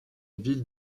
ville